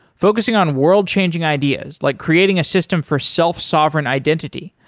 focusing on world-changing ideas like creating a system for self-sovereign identity,